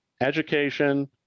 education